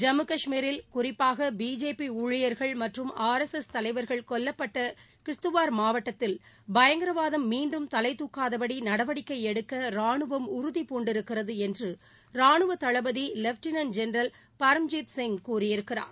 ஜம்மு கஷ்மீரில் குறிப்பாக பிஜேபி ஊழியர்கள் மற்றும் ஆர் எஸ் எஸ் தலைவர்கள் கொல்லப்பட்ட கிஸ்துவார் மாவட்டத்தில் பயங்கரவாதம் மீண்டும் தலைதூக்காதபடி நடவடிக்கை எடுக்க ரானுவம் உறுதி பூண்டிருக்கிறது என்று ரானுவ தளபதி வெப்டினன்ட் ஜென்ரல் பரம்ஜித் சிங் கூறியிருக்கிறார்